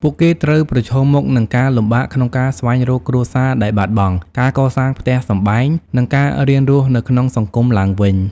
ពួកគេត្រូវប្រឈមមុខនឹងការលំបាកក្នុងការស្វែងរកគ្រួសារដែលបាត់បង់ ការកសាងផ្ទះសម្បែង និងការរៀនរស់នៅក្នុងសង្គមឡើងវិញ។